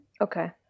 Okay